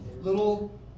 little